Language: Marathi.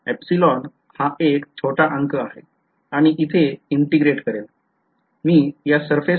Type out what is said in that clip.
एप्सिलॉन हा एक छोटा अंक आहे आणि इथे integrate करेल